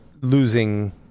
losing